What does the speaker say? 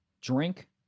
drink